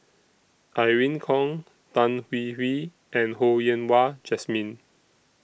Irene Khong Tan Hwee Hwee and Ho Yen Wah Jesmine